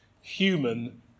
human